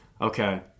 Okay